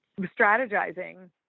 strategizing